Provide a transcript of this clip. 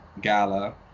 gala